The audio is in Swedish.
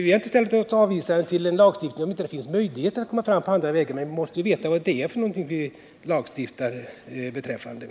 Vi har inte ställt oss avvisande till en lagstiftning om det inte finns några möjligheter att komma fram på andra vägar. Men vi måste veta vad det är vi lagstiftar om.